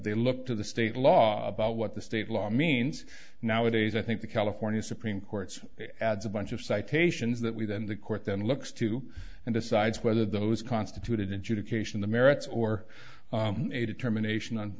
they look to the state law about what the state law means nowadays i think the california supreme court's adds a bunch of citations that we then the court then looks to and decides whether those constituted adjudication the merits or a determination on